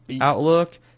outlook